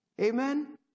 amen